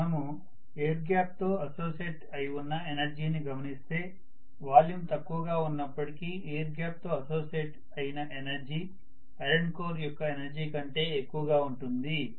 మనము air gap తో associate అయి ఉన్న ఎనర్జీని గమనిస్తే వాల్యూమ్ తక్కువగా ఉన్నపటికీ ఎయిర్ గ్యాప్ తో అసోసియేట్ అయిన ఎనర్జీ ఐరన్ కోర్ యొక్క ఎనర్జీ కంటే ఎక్కువగా ఉంటుంది